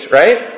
right